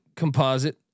Composite